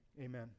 Amen